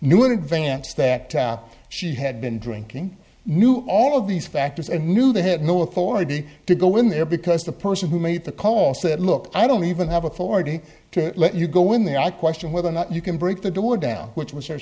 knew in advance that she had been drinking knew all of these factors and knew they had no authority to go in there because the person who made the call said look i don't even have authority to let you go in the i question whether or not you can break the door down which was your